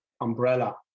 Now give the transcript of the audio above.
umbrella